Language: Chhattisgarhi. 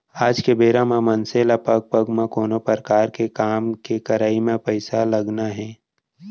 आज के बेरा म मनसे ल पग पग म कोनो परकार के काम के करवई म पइसा लगना हे